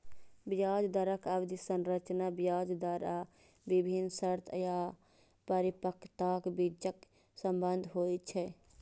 ब्याज दरक अवधि संरचना ब्याज दर आ विभिन्न शर्त या परिपक्वताक बीचक संबंध होइ छै